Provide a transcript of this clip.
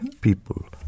people